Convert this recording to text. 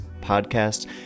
podcast